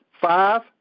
five